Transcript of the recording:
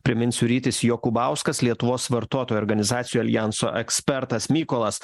priminsiu rytis jokubauskas lietuvos vartotojų organizacijų aljanso ekspertas mykolas